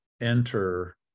enter